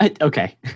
Okay